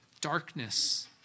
darkness